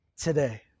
today